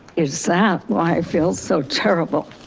is that why i feel so terrible?